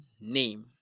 name